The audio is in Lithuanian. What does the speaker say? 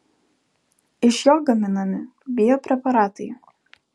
iš jo gaminami biopreparatai